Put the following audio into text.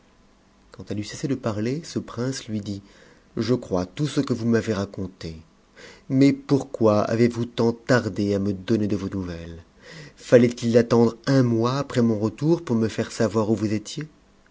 quand elle eut cessé de parler ce prince lui dit je crois tout ce que vous m'avez raconté mais pourquoi avez-vous tant tardé à me donner de vos nouvelles fallait-il attendre un mois après mon retour pour me faire savoir où vous étiez